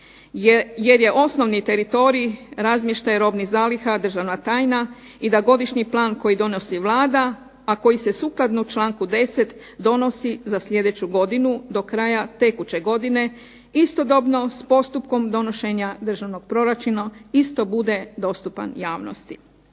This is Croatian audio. jer je osnovni teritorij razmještaj robnih zaliha državna tajna i da godišnji plan koji donosi Vlada, a koji se sukladno članku 10. donosi za sljedeću godinu do kraja tekuće godine istodobno s postupkom donošenja državnog proračuna isto bude dostupan javnosti.